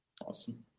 Awesome